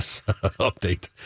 update